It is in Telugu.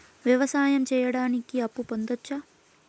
వ్యవసాయం సేయడానికి అప్పు పొందొచ్చా?